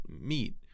meat